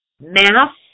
mass